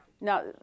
Now